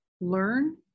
learn